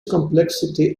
complexity